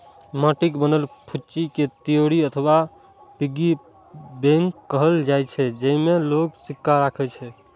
माटिक बनल फुच्ची कें तिजौरी अथवा पिग्गी बैंक कहल जाइ छै, जेइमे लोग सिक्का राखै छै